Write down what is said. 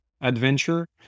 adventure